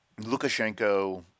Lukashenko